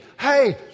hey